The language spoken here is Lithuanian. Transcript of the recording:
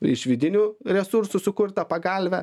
iš vidinių resursų sukurtą pagalvę